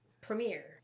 premiere